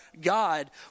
God